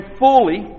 fully